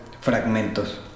fragmentos